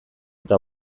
eta